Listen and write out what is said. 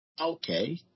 Okay